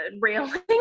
railing